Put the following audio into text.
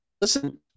Listen